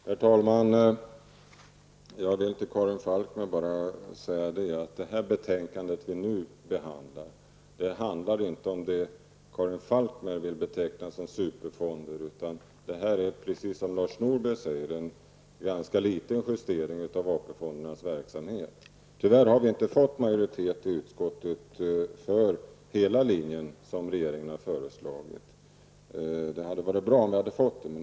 Herr talman! Till Karin Falkmer vill jag bara säga att det betänkande vi nu behandlar inte gäller det som Karin Falkmer vill beteckna som superfonder. Det är, som Lars Norberg säger, fråga om en ganska liten justering av AP-fondernas verksamhet. Tyvärr har vi inte fått majoritet i utskottet för hela den linje som regeringen har föreslagit. Det hade varit bra om vi hade fått det.